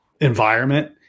environment